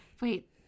Wait